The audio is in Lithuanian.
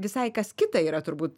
visai kas kita yra turbūt